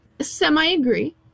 Semi-agree